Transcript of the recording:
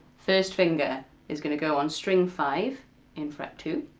first finger is gonna go on string five in fret two,